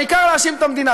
העיקר להאשים את המדינה.